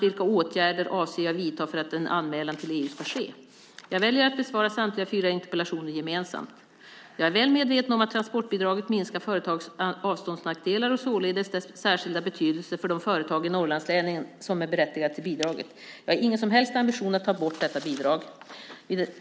Vilka åtgärder avser jag att vidta för att en anmälan till EU ska ske? Jag väljer att besvara samtliga fyra interpellationer gemensamt. Jag är väl medveten om att transportbidraget minskar företags avståndsnackdelar och således dess särskilda betydelse för de företag i Norrlandslänen som är berättigade till bidraget. Jag har ingen som helst ambition att ta bort detta bidrag.